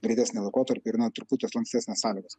greitesnį laikotarpį ir na truputį lankstesnės sąlygos